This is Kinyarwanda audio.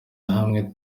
hamwe